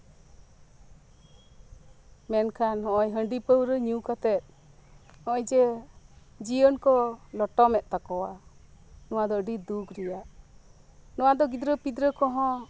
ᱢᱮᱱᱠᱷᱟᱱ ᱱᱚᱜᱼᱚᱭ ᱦᱟᱺᱰᱤ ᱯᱟᱹᱣᱨᱟᱹ ᱧᱩ ᱠᱟᱛᱮ ᱱᱚᱜᱼᱚᱭ ᱡᱮ ᱡᱤᱭᱚᱱ ᱠᱚ ᱞᱚᱴᱚᱢᱮᱫ ᱛᱟᱠᱚᱣᱟ ᱱᱚᱣᱟ ᱫᱚ ᱟᱹᱰᱤ ᱫᱩᱠ ᱨᱮᱭᱟᱜ ᱱᱚᱣᱟ ᱫᱚ ᱜᱤᱫᱽᱨᱟᱹ ᱯᱤᱫᱽᱨᱟᱹ ᱠᱚᱦᱚᱸ